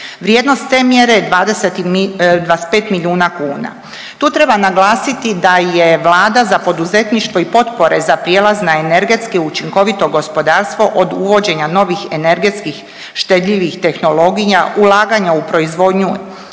Vrijednost te mjere je 25 milijuna kuna. Tu treba naglasiti da je Vlada za poduzetništvo i potpore za prijelaz na energetski učinkovito gospodarstvo od uvođenja novih energetskih štedljivih tehnologija, ulaganja u proizvodnju